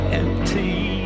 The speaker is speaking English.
empty